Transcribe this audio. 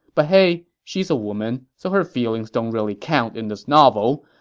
but hey, she's a woman, so her feelings don't really count in this novel,